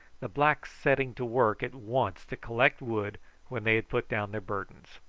the blacks setting to work at once to collect wood when they had put down their burdens.